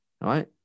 Right